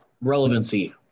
relevancy